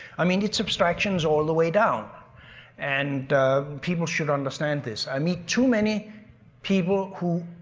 i mean, it's abstractions all the way down and people should understand this. i meet too many people who.